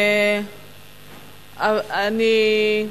ביקשתי לדבר,